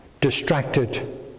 distracted